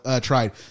tried